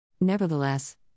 Nevertheless